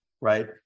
right